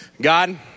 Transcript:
God